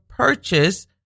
Purchase